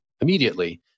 immediately